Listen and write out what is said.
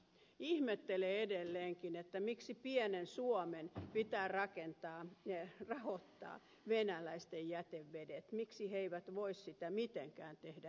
ihmettelen edelleenkin miksi pienen suomen pitää rahoittaa venäläisten jätevedenpuhdistus miksi he eivät voi sitä mitenkään tehdä itse